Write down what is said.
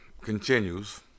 continues